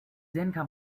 income